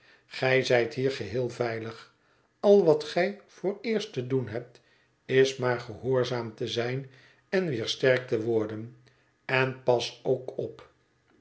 gij zijt hier geheel veilig al wat gij vooreerst te doen hebt is maar gehoorzaam te zijn en weer sterk te worden en pas ook op